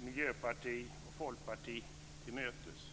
miljöpartister och folkpartister till mötes.